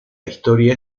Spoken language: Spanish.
historia